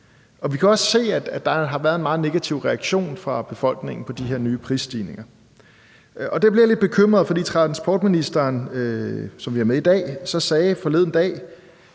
vi kan også se, at der har været en meget negativ reaktion fra befolkningens side på de her nye prisstigninger. Der bliver jeg lidt bekymret, fordi transportministeren, som vi har med i dag, forleden så